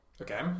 okay